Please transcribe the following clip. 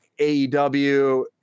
AEW